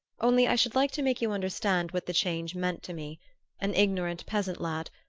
only i should like to make you understand what the change meant to me an ignorant peasant lad,